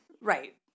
Right